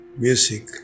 music